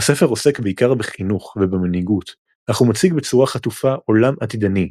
הספר עוסק בעיקר בחינוך ובמנהיגות אך מציג בצורה חטופה עולם עתידני,